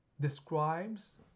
describes